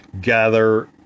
gather